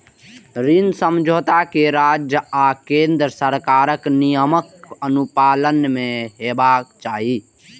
ऋण समझौता कें राज्य आ केंद्र सरकारक नियमक अनुपालन मे हेबाक चाही